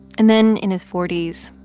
and then in his forty s,